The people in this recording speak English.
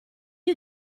you